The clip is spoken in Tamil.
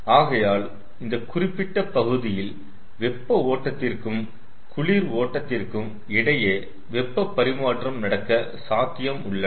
ஆகையால் இந்த குறிப்பிட்ட பகுதியில் வெப்ப ஓட்டத்திற்கும் குளிர் ஓட்டத்திற்கும் இடையே வெப்பப் பரிமாற்றம் நடக்க சாத்தியம் உள்ளன